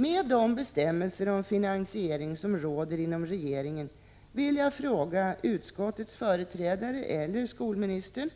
Med anledning av de bestämmelser om finansiering som råder inom regeringen vill jag fråga utskottets företrädare eller skolministern: